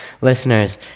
listeners